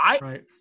Right